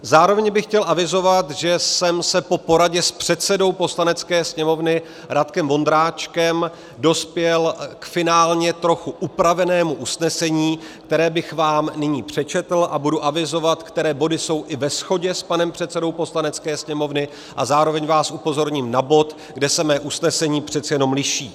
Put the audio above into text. Zároveň bych chtěl avizovat, že jsem po poradě s předsedou Poslanecké sněmovny Radkem Vondráčkem dospěl k finálně trochu upravenému usnesení, které bych vám nyní přečetl, a budu avizovat, které body jsou i ve shodě s panem předsedou Poslanecké sněmovny, a zároveň vás upozorním na bod, kde se mé usnesení přeci jenom liší.